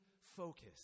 focus